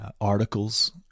articles